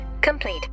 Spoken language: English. complete